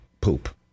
poop